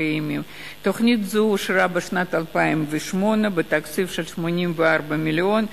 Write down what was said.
תוכנית זאת אושרה בשנת 2008 בתקציב של 84 מיליון.